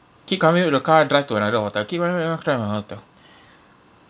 keep coming to the car drive to another hotel keep hotel